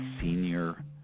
senior